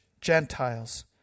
Gentiles